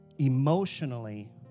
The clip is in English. Emotionally